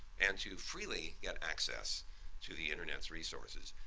and to freely get access to the internet's resources.